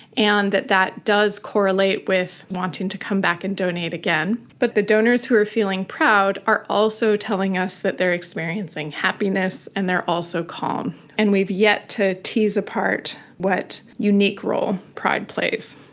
and that that does correlate with wanting to come back and donate again. but the donors who are feeling proud are also telling us that they are experiencing happiness and they are also calm, and we're yet to tease apart what unique role pride plays.